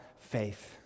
faith